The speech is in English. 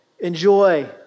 Enjoy